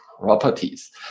properties